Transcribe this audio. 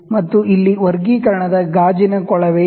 ಮತ್ತು ಇಲ್ಲಿ ವರ್ಗೀಕರಣದ ಗಾಜಿನ ಕೊಳವೆ ಇದೆ